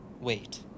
Wait